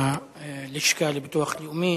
והלשכה לביטוח לאומי